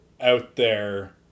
out-there